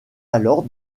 alors